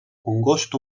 congost